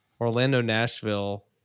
Orlando-Nashville